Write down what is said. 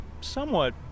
somewhat